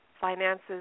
finances